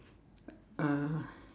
uh